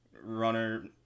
Runner